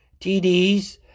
TDs